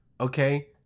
okay